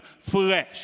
flesh